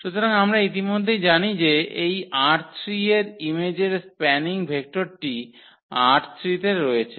সুতরাং আমরা ইতিমধ্যেই জানি যে এই ℝ3 এর ইমেজের স্প্যানিং ভেক্টরটি ℝ3 তে রয়েছে